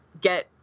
get